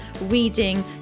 reading